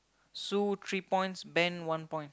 Sue three points Ben one point